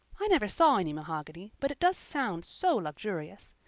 i never saw any mahogany, but it does sound so luxurious.